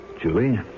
Julie